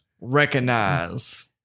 recognize